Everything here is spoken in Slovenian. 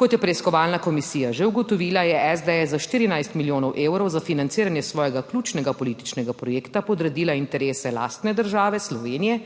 Kot je preiskovalna komisija že ugotovila, je SDS za 14 milijonov evrov za financiranje svojega ključnega političnega projekta podredila interese lastne države Slovenije